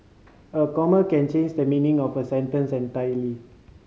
a comma can change the meaning of a sentence entirely